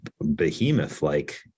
behemoth-like